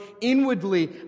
inwardly